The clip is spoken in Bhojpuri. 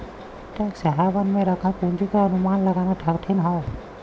टैक्स हेवन में रखल पूंजी क अनुमान लगाना कठिन हौ